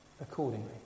accordingly